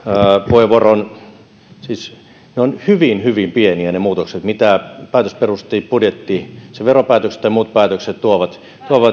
puheenvuoroon siis ne ovat hyvin hyvin pieniä ne muutokset mitä budjetti päätösperusteisesti sen veropäätökset ja muut päätökset tuovat